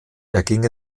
erging